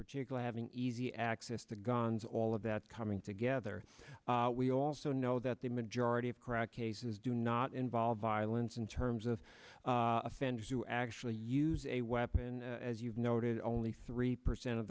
particular having easy access to guns all of that coming together we also know that the majority of crack cases do not involve violence in terms of offenders who actually use a weapon as you've noted only three percent of